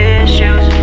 issues